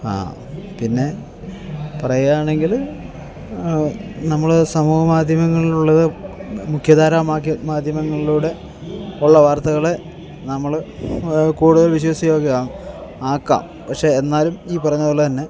ആ പിന്നെ പറയുകയാണെങ്കിൽ നമ്മൾ സമൂഹ മാധ്യമങ്ങളിലുള്ളത് മുഖ്യധാരാ മാധ്യമങ്ങളുടെ ഉള്ള വാർത്തകൾ നമ്മൾ കൂടുതൽ വിശ്വാസ്യയോഗ്യം ആക്കാം പക്ഷെ എന്നാലും ഈ പറഞ്ഞതുപോലെതന്നെ